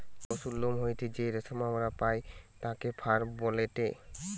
পশুর লোম হইতে যেই রেশম আমরা পাই তাকে ফার বলেটে